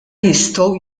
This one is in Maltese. jistgħu